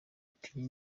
ati